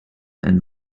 and